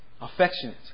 affectionate